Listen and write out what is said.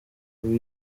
ubu